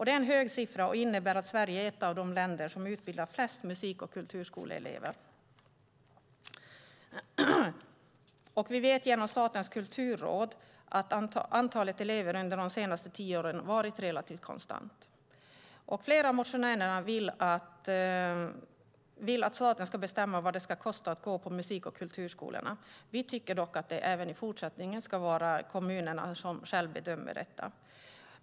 Det är en hög siffra och innebär att Sverige är ett av de länder som utbildar flest musik och kulturskoleelever. Vi vet genom Statens kulturråd att antalet elever under de senaste tio åren har varit relativt konstant. Flera av motionärerna vill att staten ska bestämma vad det ska kosta att gå på musik och kulturskolorna. Vi tycker dock att kommunerna även i fortsättningen själva ska bedöma detta.